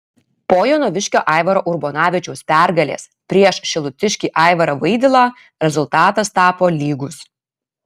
po jonaviškio aivaro urbonavičiaus pergalės prieš šilutiškį aivarą vaidilą rezultatas tapo lygus